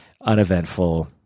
uneventful